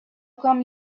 come